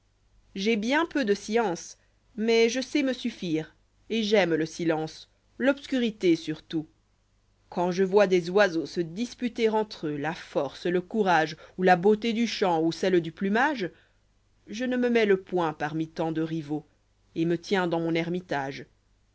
j'ai bien peu de science mais je sais me suffire et j'aime le silence l'obscurité surtout quand je vois des oiseaux se disputer entr'eux la force le courage gu la beauté du champ ou celle du plumage je ne me mêle point parmi tant de rivaux et me liens dans mon ermitage